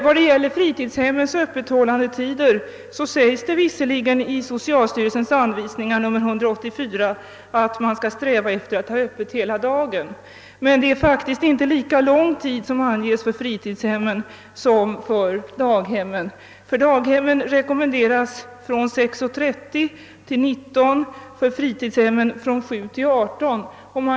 Vad gäller fritidshemmens öppethållandetider sägs det visserligen i socialstyrelsens anvisningar nr 184 att hemmen skall eftersträva att hålla öppet hela dagen. Men man anger faktiskt inte lika långt öppethållande för fritidshemmen som för daghemmen. Man rekommenderar att daghemmen skall hålla öppet från kl. 6.30 till kl. 19.00 och fritidshemmen från kl. 7.00 till kl. 18.00.